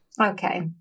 Okay